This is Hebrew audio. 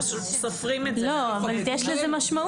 פשוט סופרים את זה --- לא, אבל יש לזה משמעות.